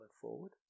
forward